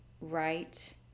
right